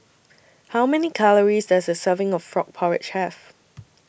How Many Calories Does A Serving of Frog Porridge Have